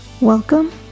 Welcome